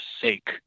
sake